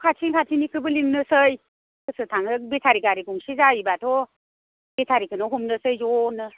न' खाथि खाथिनिखौबो लिंनोसै सोर सोर थाङो बेटारि गारि गंसे जायोब्लाथ' बेटारिखौनो हमनोसै ज'नो